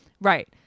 Right